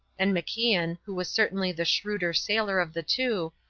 and macian, who was certainly the shrewder sailor of the two,